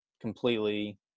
completely